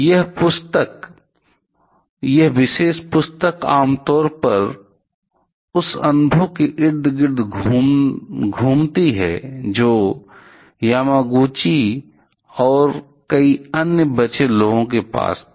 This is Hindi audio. यह विशेष पुस्तक आम तौर पर उस अनुभव के इर्द गिर्द घूमता घूमती है जो यामागुची और कई अन्य बचे लोगों के पास था